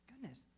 goodness